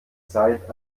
zeit